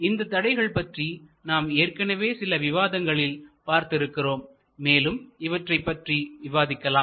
இந்த தடைகள் பற்றி நாம் ஏற்கனவே சில விவாதங்களில் பார்த்து இருக்கிறோம் மேலும் இவற்றைப் பற்றி விவாதிக்கலாம்